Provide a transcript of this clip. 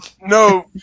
No